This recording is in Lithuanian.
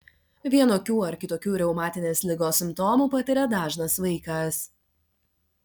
vienokių ar kitokių reumatinės ligos simptomų patiria dažnas vaikas